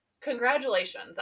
congratulations